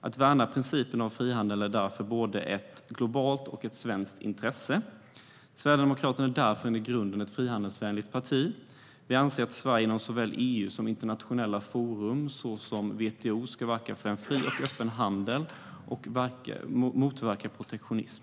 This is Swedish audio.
Att värna principen om frihandel är därför både ett globalt och ett svenskt intresse. På väg mot ett nytt partnerskap mellan Europeiska unionen och länderna i Afrika, Västindien och Stillahavsområdet efter 2020 Sverigedemokraterna är därför i grunden ett frihandelsvänligt parti. Vi anser att Sverige inom såväl EU som i internationella forum, såsom WTO, ska verka för en öppen och fri handel och för att motverka protektionism.